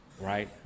right